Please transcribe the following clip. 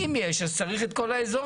אם יש, אז צריך את כל האיזור.